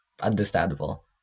Understandable